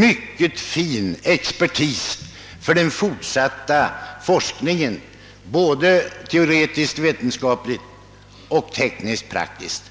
mycket fin expertis då det gäller den fortsatta såväl teoretisk-vetenskapliga som teknisk-praktiska forskningen.